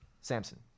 Samson